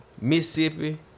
Mississippi